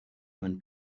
when